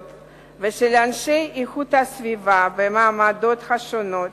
ושל אנשי איכות הסביבה במעבדות השונות